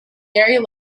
very